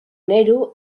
nerhu